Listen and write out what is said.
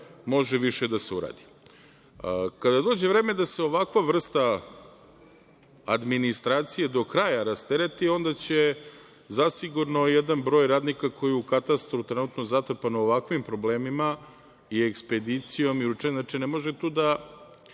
može da se uradi. Kada dođe vreme da se ovakva vrsta administracije do kraja rasterati, onda će zasigurno jedan broj radnika koji je u katastru trenutno zatrpan ovakvim problemima, i ekspedicijom, znači, ne može tu da